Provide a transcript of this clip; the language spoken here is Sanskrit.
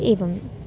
एवम्